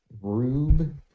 Rube